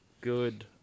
good